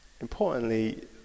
Importantly